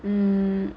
mmhmm